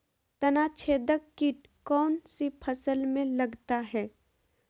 तनाछेदक किट कौन सी फसल में लगता है?